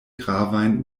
gravajn